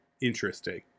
interesting